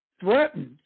threatened